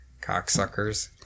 Cocksuckers